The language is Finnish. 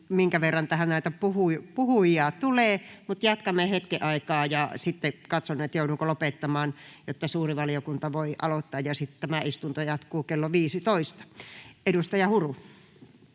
minkä verran tähän näitä puhujia tulee, ja jatkamme hetken aikaa. Sitten katson, joudunko lopettamaan, jotta suuri valiokunta voi aloittaa, ja sitten tämä istunto jatkuu kello 15. — Edustaja Huru.